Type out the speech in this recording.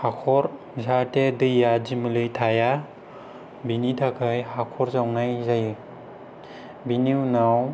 हाखर जाहाथे दैया दिमोलै थाया बेनि थाखाय हाखर जावनाय जायो बेनि उनाव